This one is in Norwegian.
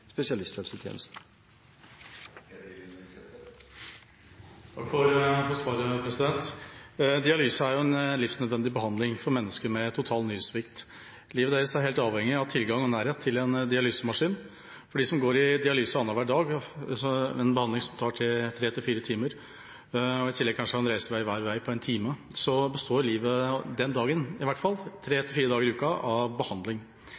for svaret. Dialyse er en livsnødvendig behandling for mennesker med total nyresvikt. Livet deres er helt avhengig av tilgang og nærhet til en dialysemaskin. For dem som går i dialyse annenhver dag, med en behandling som tar 3–4 timer, og i tillegg kanskje har en reisevei hver vei på én time, består livet tre til fire dager i uka av behandling.